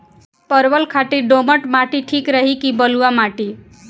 परवल खातिर दोमट माटी ठीक रही कि बलुआ माटी?